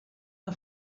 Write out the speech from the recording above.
que